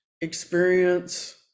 experience